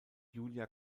julia